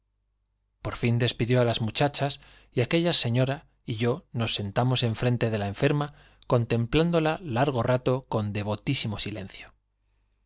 por fin despidió á las muchachas y aquella eñora y yo nos sentamos enfrente de la enferma contemplán dola largo rato con devotísimo silencio